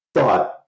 Thought